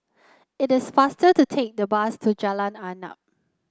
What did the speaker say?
it is faster to take the bus to Jalan Arnap